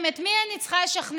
את מי אני צריכה לשכנע?